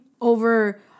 over